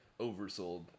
oversold